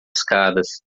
escadas